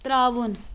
ترٛاوُن